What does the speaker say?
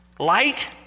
Light